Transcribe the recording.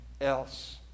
else